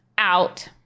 out